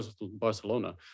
Barcelona